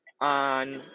On